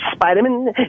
Spiderman